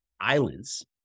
islands